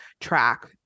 track